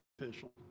official